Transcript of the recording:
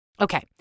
Okay